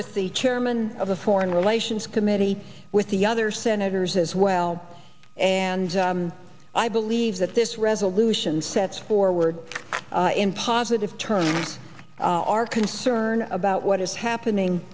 with the chairman of the foreign relations committee with the other senators as well and i believe that this resolution sets forward in positive terms our concern about what is happening